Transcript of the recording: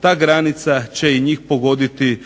Ta granica će i njih pogoditi